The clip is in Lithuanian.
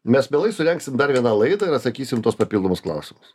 mes mielai surengsim dar vieną laidą ir atsakysim į tuos papildomus klausimus